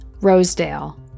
Rosedale